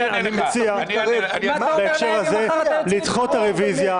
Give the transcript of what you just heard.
ולכן אני מציע בהקשר הזה לדחות את הרוויזיה.